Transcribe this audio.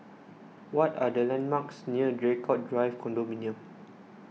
what are the landmarks near Draycott Drive Condominium